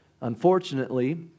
Unfortunately